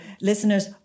listeners